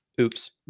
oops